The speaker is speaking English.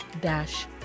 dash